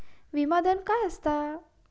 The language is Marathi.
विमा धन काय असता?